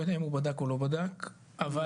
יודע אם הוא בדק את זה או לא בדק את זה.